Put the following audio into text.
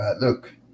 look